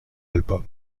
album